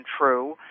true